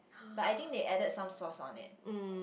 but I think they added some sauce on it